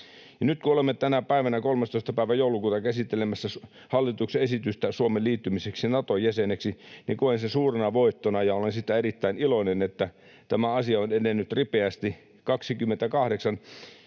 nyt kun olemme tänä päivänä, 13. päivä joulukuuta, käsittelemässä hallituksen esitystä Suomen liittymiseksi Naton jäseneksi, niin koen sen suurena voittona, ja olen siitä erittäin iloinen, että tämä asia on edennyt ripeästi. 28